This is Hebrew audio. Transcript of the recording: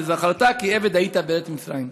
וזכרת כי עבד היית בארץ מצרים."